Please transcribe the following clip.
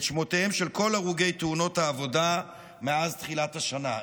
שמותיהם של כל הרוגי תאונות העבודה מאז תחילת השנה.